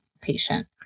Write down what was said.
patient